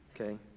okay